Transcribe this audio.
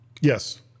Yes